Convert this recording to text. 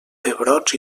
pebrots